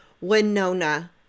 Winona